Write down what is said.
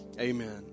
Amen